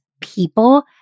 people